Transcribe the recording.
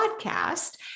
Podcast